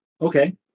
okay